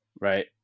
right